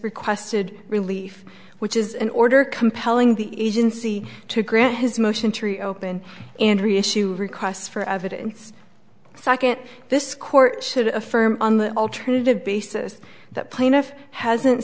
requested relief which is an order compelling the agency to grant his motion tree open and reissue requests for evidence so i can't this court should affirm on the alternative basis that plaintiff hasn't